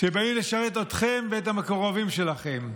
שבאים לשרת אתכם ואת המקורבים שלכם.